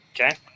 okay